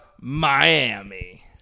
Miami